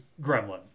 gremlin